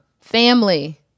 family